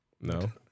No